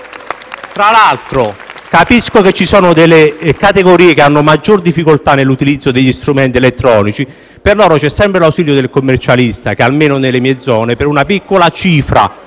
M5S)*. Capisco che ci sono categorie che hanno maggiori difficoltà nell'utilizzo degli strumenti elettronici, ma per loro c'è sempre lo studio del commercialista che, almeno nelle mie zone, per una piccola cifra